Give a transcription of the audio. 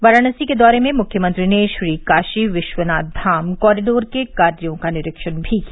वाराणसी के दौरे में मुख्यमंत्री ने श्रीकाशी विश्वनाथ धाम कॉरीडोर के कार्यो का निरीक्षण भी किया